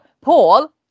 Paul